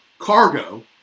Cargo